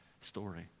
story